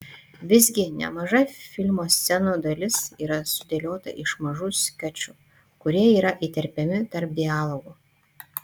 visgi nemaža filmo scenų dalis yra sudėliota iš mažų skečų kurie yra įterpiami tarp dialogų